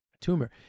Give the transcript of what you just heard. tumor